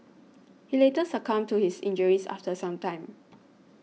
he later succumbed to his injuries after some time